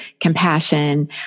compassion